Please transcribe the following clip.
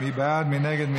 מי נגד?